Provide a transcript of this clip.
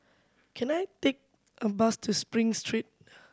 can I take a bus to Spring Street